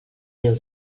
déu